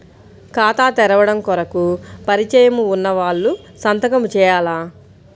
ఖాతా తెరవడం కొరకు పరిచయము వున్నవాళ్లు సంతకము చేయాలా?